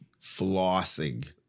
flossing